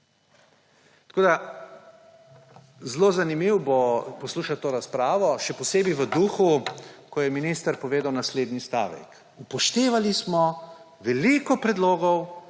Zelo zanimivo bo poslušati to razpravo, še posebej v duhu, ko je minister povedal naslednji stavek: Upoštevali smo veliko predlogov,